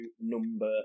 number